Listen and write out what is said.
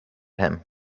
him